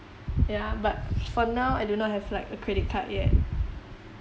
ya but for now I do not have like a credit card yet